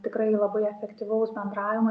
tikrai labai efektyvaus bendravimo